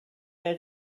der